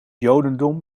jodendom